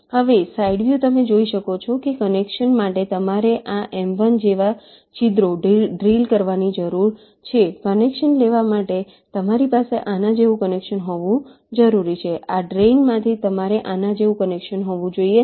હવે સાઇડ વ્યુતમે જોઈ શકો છો કે કનેક્શન માટે તમારે આ m1 જેવા છિદ્રો ડ્રિલ કરવાની જરૂર છે કનેક્શન લેવા માટે તમારી પાસે આના જેવું કનેક્શન હોવું જરૂરી છે આ ડ્રેઇન માંથી તમારે આના જેવું કનેક્શન હોવું જોઈએ